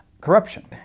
corruption